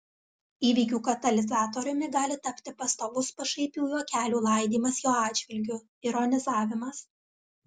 įvykių katalizatoriumi gali tapti pastovus pašaipių juokelių laidymas jo atžvilgiu ironizavimas